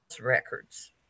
records